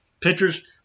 Pitchers